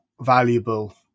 valuable